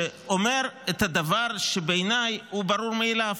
שאומר את הדבר שבעיניי הוא ברור מאליו: